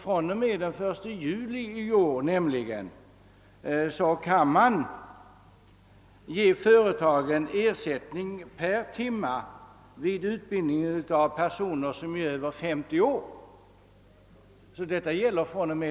Från och med den 1 juli i år kan nämligen företagen få ersättning per timme vid utbildning av personer som är Över 50 år.